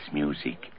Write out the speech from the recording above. music